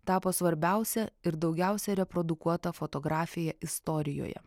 tapo svarbiausia ir daugiausia reprodukuota fotografija istorijoje